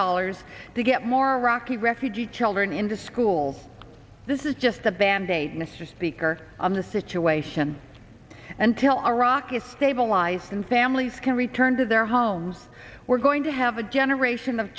dollars to get more rocky refugee children into schools this is just a band aid mr speaker on the situation and tell our iraq is stabilized and families can return to their homes we're going to have a generation of